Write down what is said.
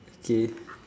okay